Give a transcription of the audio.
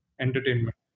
Entertainment